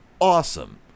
awesome